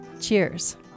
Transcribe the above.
Cheers